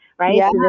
Right